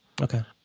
Okay